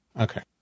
Okay